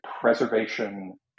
preservation